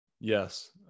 Yes